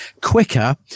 quicker